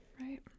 Right